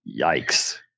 Yikes